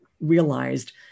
realized